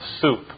soup